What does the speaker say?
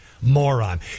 moron